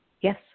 Yes